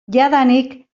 jadanik